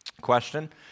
question